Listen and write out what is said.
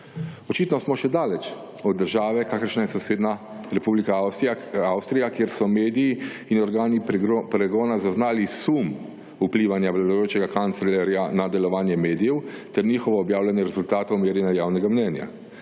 Očitno smo še daleč od države kakršna je sosednja Republika Avstrija, kjer so mediji in organi pregona zaznali sum vplivanja vladajočega kanclerja na delovanje medijev ter njihovo objavljanje rezultatov, merjenja javnega mnenja.